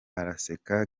araseka